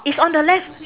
it's on the left